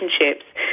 relationships